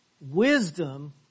wisdom